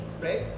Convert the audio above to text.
right